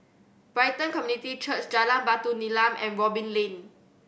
Brighton Community Church Jalan Batu Nilam and Robin Lane